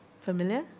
Familiar